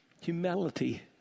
Humility